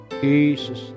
Jesus